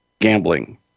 gambling